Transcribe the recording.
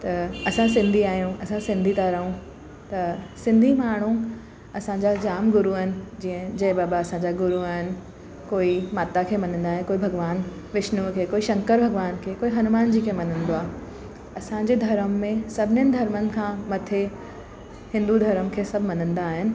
त असां सिंधी आहियूं असां सिंधी था रहूं त सिंधी माण्हू असांजा जाम गुरू आहिनि जीअं जय बाबा असां जा गुरू आहिनि कोई माता खे मञीदा अहिनि कोई भॻवानु विष्णुअ खे कोई शंकर भॻवान खे कोई हनुमान जी के मञीदो आहे असांजे धर्म में सभिनीनि धर्मनि खां मथे हिंदू धर्म खे सभु मञीदा आहिनि